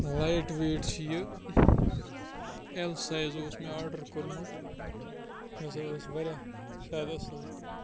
light weight چھِ یہِ L size اوس مےٚ آڈَر کوٚرمُت یہِ ہَسا ٲس واریاہ زیادٕ اَصٕل